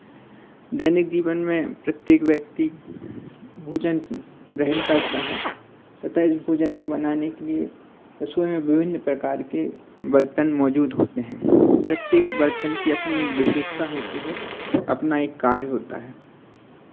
दैनिक जीवन में प्रत्येक व्यक्ति भोजन ग्रहण करता है तथा इस भोजन को बनाने के लिये रसोई में विभिन्न प्रकार के बर्तन मौजूद होते हैं प्रत्येक बर्तन की अपनी एक विशेषता होती है अपना एक कार्य होता है